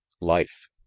life